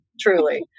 truly